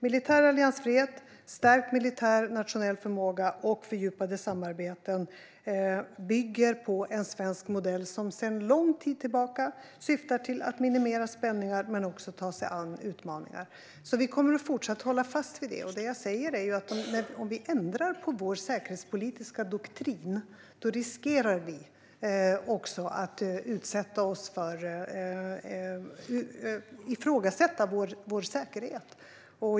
Militär alliansfrihet, stärkt militär nationell förmåga och fördjupade samarbeten bygger på en svensk modell som sedan lång tid tillbaka syftar till att minimera spänningar men också ta sig an utmaningar. Vi kommer fortsatt att hålla fast vid det. Det som jag säger är att om vi ändrar på vår säkerhetspolitiska doktrin riskerar vi också att ifrågasätta vår säkerhet.